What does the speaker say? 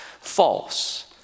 false